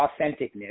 authenticness